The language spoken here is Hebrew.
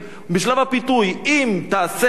בשלב הפיתוי: אם תעשה כך וכך,